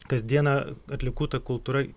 kasdieną atliekų ta kultūra